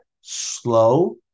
slow